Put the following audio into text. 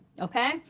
okay